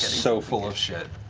so full of shit.